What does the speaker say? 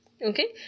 Okay